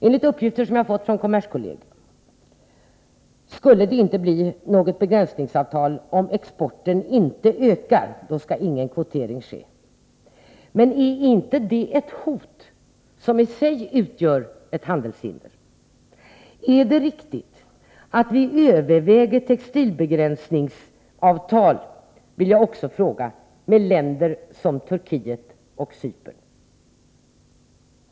Enligt uppgifter som jag har fått från kommerskollegium skulle det inte bli något begränsningsavtal om exporten inte ökar. Då skall ingen kvotering ske. Men är inte det ett hot som i sig utgör ett handelshinder? Är det riktigt att vi överväger textilbegränsningsavtal, vill jag också fråga, med länder som Turkiet och Cypern?